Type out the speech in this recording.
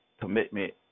commitment